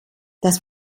das